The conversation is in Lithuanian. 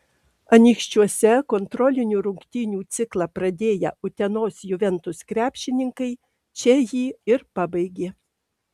anykščiuose kontrolinių rungtynių ciklą pradėję utenos juventus krepšininkai čia jį ir pabaigė